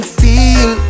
feel